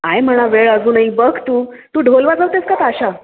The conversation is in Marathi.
आहे म्हणा वेळ अजूनही बघ तू तू ढोल वाजवते आहेस का ताशा